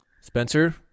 Spencer